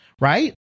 right